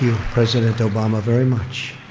president obama, very much,